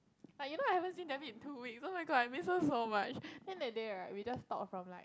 like you know I haven't seen Devin in two weeks oh-my-god I miss her so much then that day right we just talk from like